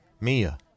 Mia